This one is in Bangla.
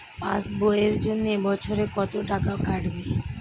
পাস বইয়ের জন্য বছরে কত টাকা কাটবে?